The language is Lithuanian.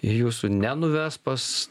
jūsų nenuves pas